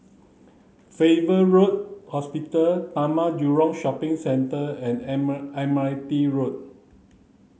Farrer Road Hospital Taman Jurong Shopping Centre and Admiralty Road